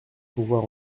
pouvoir